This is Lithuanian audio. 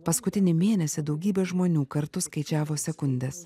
paskutinį mėnesį daugybė žmonių kartu skaičiavo sekundes